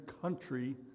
country